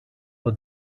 for